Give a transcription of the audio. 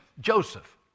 Joseph